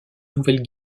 nouvelle